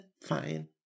fine